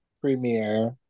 premiere